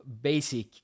basic